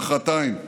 מוחרתיים.